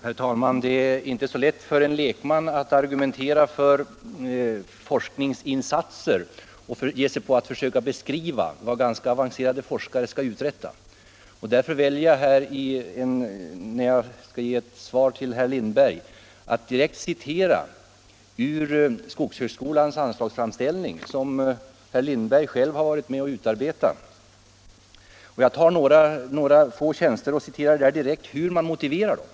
Herr talman! Det är inte så lätt för en lekman att argumentera för forskningsinsatser och ge sig in på att försöka beskriva vad ganska så avancerade forskare skall uträtta. Därför väljer jag, när jag skall ge ett svar till herr Lindberg, att ur skogshögskolans anslagsframställning ta några få tjänster och ange hur man motiverar dem.